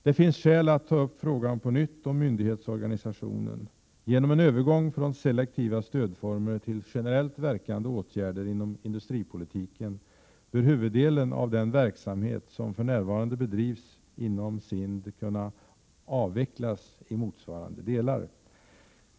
Det finns skäl att på nytt ta upp frågan om myndighetsorganisationen. Genom en övergång från selektiva stödformer till generellt verkande åtgärder inom industripolitiken bör huvuddelen av den verksamhet som för närvarande bedrivs inom SIND kunna avvecklas i motsvarande delar.